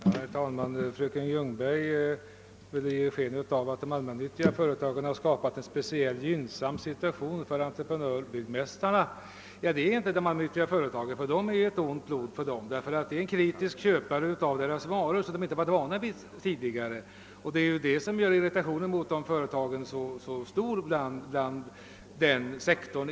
Herr talman! Fröken Ljungberg ville ge sken av att de allmännyttiga företagen skapat en speciellt gynnsam situation för entreprenörbyggmästarna. Men det har inte de allmännyttiga företagen, eftersom det rör sig om en kritisk kö pare av deras varor som de inte varit vana vid tidigare. Det är detta som gör irritationen mot företagen i fråga så stor inom byggmästarsektorn.